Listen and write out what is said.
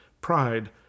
Pride